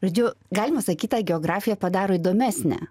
žodžiu galima sakyt tą geografiją padaro įdomesnę